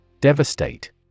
Devastate